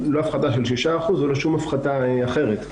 לא הפחתה של 6% ולא שום הפחתה אחרת.